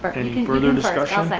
but any further discussion?